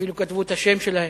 אפילו כתבו את השם שלהם,